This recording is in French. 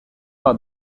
par